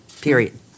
period